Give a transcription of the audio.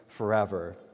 Forever